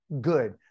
good